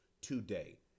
today